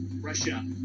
Russia